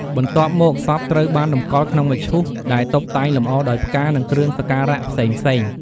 បន្ទប់មកសពត្រូវបានតម្កល់ក្នុងមឈូសដែលតុបតែងលម្អដោយផ្កា និងគ្រឿងសក្ការៈផ្សេងៗ។